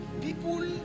People